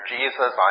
Jesus